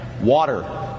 water